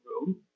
room